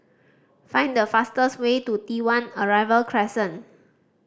find the fastest way to T One Arrival Crescent